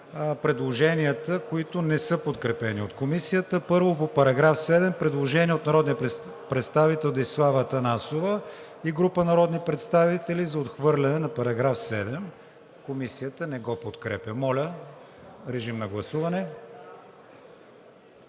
предложенията, които не са подкрепени от Комисията. Първо по § 7 – предложение от народния представител Десислава Атанасова и група народни представители за отхвърляне на § 7. Комисията не подкрепя предложението. Моля, режим на гласуване.